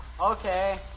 Okay